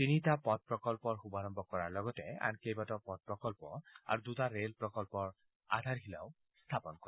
তিনিটা পথ প্ৰকল্পৰ শুভাৰম্ভ কৰাৰ লগতে আন কেইবাও পথ প্ৰকল্প আৰু দুটা ৰে'ল প্ৰকল্পৰ আধাৰশিলা স্থাপন কৰে